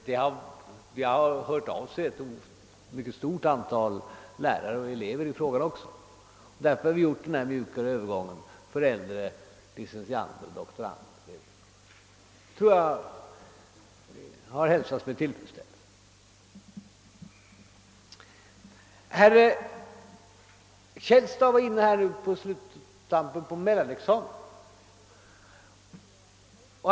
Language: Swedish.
Vi har hört ett mycket stort antal lärare och elever och därför har vi gjort denna mjukare övergång för äldre licentiander och doktorander. Jag tror att detta har hälsats med tillfredsställelse. Herr Källstad var här på sluttampen inne på frågan om mellanexamen.